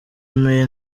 mane